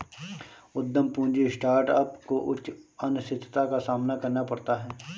उद्यम पूंजी स्टार्टअप को उच्च अनिश्चितता का सामना करना पड़ता है